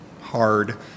hard